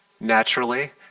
Naturally